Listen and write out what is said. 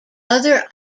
other